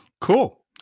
Cool